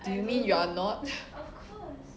you mean you are not